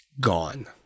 Gone